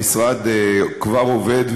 המשרד כבר עובד,